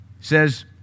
says